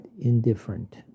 indifferent